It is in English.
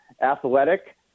athletic